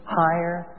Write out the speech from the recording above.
higher